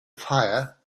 fire